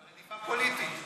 על רדיפה פוליטית.